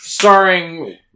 Starring